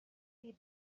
see